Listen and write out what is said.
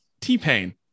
t-pain